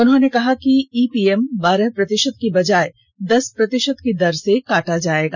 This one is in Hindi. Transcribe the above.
उन्होंने कहा कि ईपीएम बारह प्रतिषत की बजाय दस प्रतिषत की दर से काटा जाएगा